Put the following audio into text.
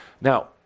Now